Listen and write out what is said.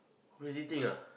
lazy think ah